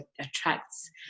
attracts